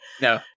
No